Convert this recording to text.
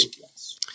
Yes